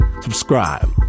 Subscribe